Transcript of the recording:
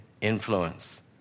Influence